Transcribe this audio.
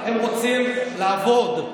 הם רוצים לעבוד.